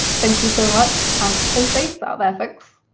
thank you so much, and stay safe out there,